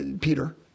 Peter